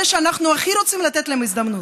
אלה שאנחנו הכי רוצים לתת להם הזדמנות,